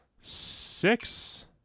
six